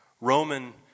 Roman